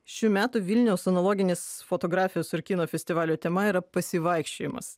šių metų vilniaus analoginės fotografijos ir kino festivalio tema yra pasivaikščiojimas